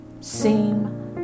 seem